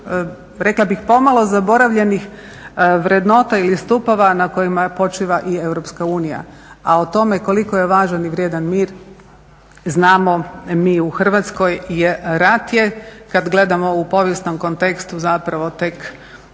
jedna od pomalo zaboravljenih vrednota ili stupova na kojima počiva i Europska unija, a o tome koliko je važan i vrijedan mir znamo mi u Hrvatskoj. Rat je, kad gledamo u povijesnom kontekstu, zapravo tek